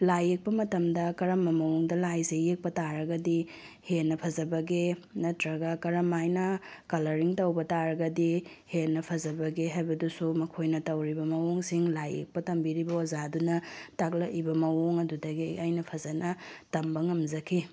ꯂꯥꯏ ꯌꯦꯛꯄ ꯃꯇꯝꯗ ꯀꯔꯝꯕ ꯃꯑꯣꯡꯗ ꯂꯥꯏꯁꯦ ꯌꯦꯛꯄ ꯇꯥꯔꯒꯗꯤ ꯍꯦꯟꯅ ꯐꯖꯕꯒꯦ ꯅꯠꯇ꯭ꯔꯒ ꯀꯔꯝꯃꯥꯏꯅ ꯀꯂꯔꯤꯡ ꯇꯧꯕ ꯇꯥꯔꯒꯗꯤ ꯍꯦꯟꯅ ꯐꯖꯕꯒꯦ ꯍꯥꯏꯕꯗꯨꯁꯨ ꯃꯈꯣꯏꯅ ꯇꯧꯔꯤꯕ ꯃꯑꯣꯡꯁꯤꯡ ꯂꯥꯏꯌꯦꯛꯄ ꯇꯝꯕꯤꯔꯤꯕ ꯑꯣꯖꯥꯗꯨꯅ ꯇꯥꯛꯂꯛꯏꯕ ꯃꯑꯣꯡ ꯑꯗꯨꯗꯒꯤ ꯑꯩꯅ ꯐꯖꯅ ꯇꯝꯕ ꯉꯝꯖꯈꯤ